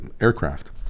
aircraft